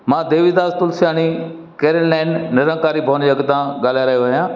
मां देवीदास तुल्सयानी कैरीन लाइन निरंकारी भवन जे अॻिता ॻाल्हाए रहियो आहियां